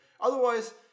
Otherwise